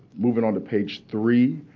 moving on to page three,